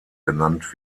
genannt